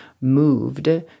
moved